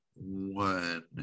one